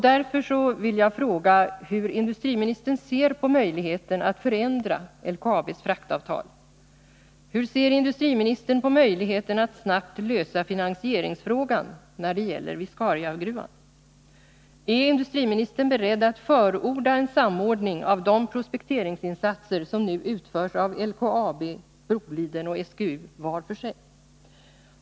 Därför vill jag fråga hur industriministern ser på möjligheterna att förändra LKAB:s fraktavtal. Och hur ser industriministern på möjligheterna att snabbt lösa finansieringsfrågan när det gäller Viscariagruvan? Är industriministern beredd att förorda en samordning av de prospekteringsinsatser som nu utförs av LKAB, Boliden och SGU var för sig?